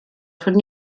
von